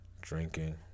drinking